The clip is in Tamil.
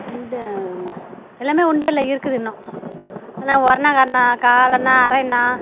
இந்த எல்லாமே உண்டியலில் இருக்குது இன்னும் ஆனால் ஒரணா அரைணா காலணா அரையணா